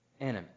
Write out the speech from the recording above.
enemy